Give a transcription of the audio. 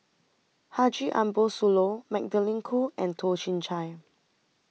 Haji Ambo Sooloh Magdalene Khoo and Toh Chin Chye